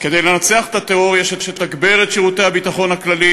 כדי לנצח את הטרור יש לתגבר את שירות הביטחון הכללי